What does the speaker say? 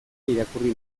irakurri